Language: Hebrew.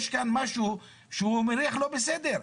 יש כאן משהו שמריח לא בסדר,